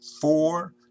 four